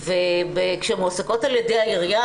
כשהן מועסקות על ידי העירייה,